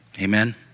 Amen